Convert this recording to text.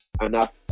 enough